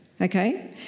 Okay